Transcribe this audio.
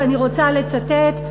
ואני רוצה לצטט,